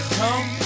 come